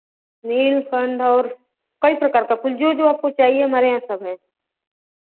नीलकंठ और कई प्रकार का फूल जो जो आपको चाहिए हमारे यहाँ सब है